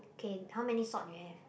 k how many salt you have